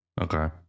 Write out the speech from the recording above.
Okay